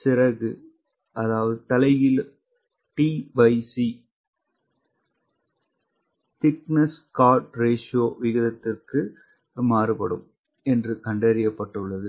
சிறகு தலைகீழ் tc தடிமன் தண்டு விகிதத்திற்கு மாறுபடும் என்று கண்டறியப்பட்டுள்ளது